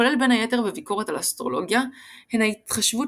כולל בין היתר בביקורת על אסטרולוגיה הן התחשבות